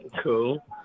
Cool